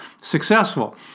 successful